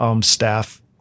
staff